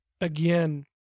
again